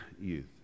youth